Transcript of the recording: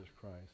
Christ